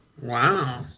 Wow